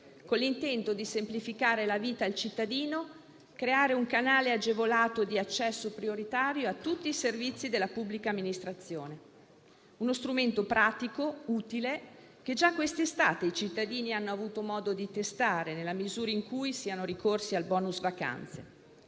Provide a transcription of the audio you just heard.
con l'intento di semplificare la vita al cittadino, creando un canale agevolato di accesso prioritario a tutti i servizi della pubblica amministrazione. È uno strumento pratico e utile che già quest'estate i cittadini hanno avuto modo di testare, nella misura in cui siano ricorsi al *bonus* vacanze.